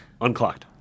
unclocked